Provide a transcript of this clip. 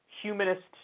humanist